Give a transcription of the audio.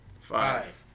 Five